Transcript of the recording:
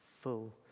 full